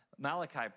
Malachi